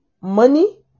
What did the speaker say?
money